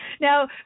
Now